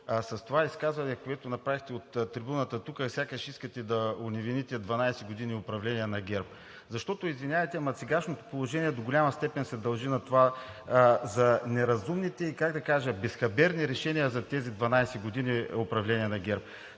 с това изказване, което направихте от трибуната тука, е, сякаш искате да оневините 12 години управление на ГЕРБ, защото, извинявайте, но сегашното положение до голяма степен се дължи на това – за неразумните и, как да кажа, безхаберни решения за тези 12 години управление на ГЕРБ.